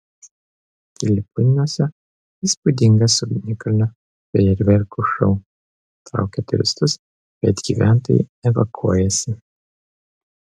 filipinuose įspūdingas ugnikalnio fejerverkų šou traukia turistus bet gyventojai evakuojasi